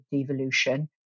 devolution